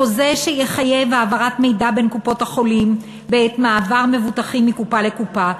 חוזה שיחייב העברת מידע בין קופות-החולים בעת מעבר מבוטחים מקופה לקופה.